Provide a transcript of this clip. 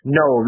no